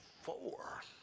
four